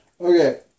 Okay